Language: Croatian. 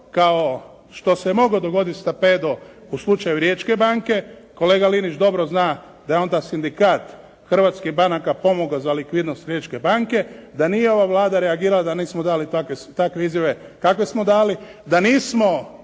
kao što se mogao dogoditi stampedo u slučaju Riječke banke. Kolega Linić dobro zna da je onda Sindikat hrvatskih banaka pomogao za likvidnost Riječke banke, da nije ova Vlada reagirala, da nismo dali takve izjave kakve smo dali, da nismo